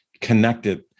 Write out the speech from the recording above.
connected